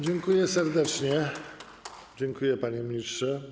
Dziękuję serdecznie, dziękuję bardzo, panie ministrze.